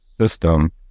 system